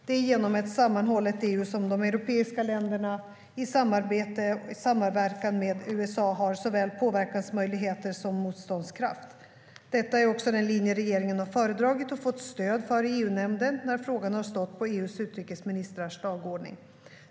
Det är genom ett sammanhållet EU som de europeiska länderna, i samverkan med USA, har såväl påverkansmöjligheter som motståndskraft. Detta är också den linje som regeringen har föredragit och fått stöd för i EU-nämnden när frågan har stått på EU:s utrikesministrars dagordning.